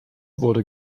wurde